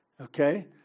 okay